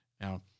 Now